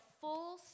full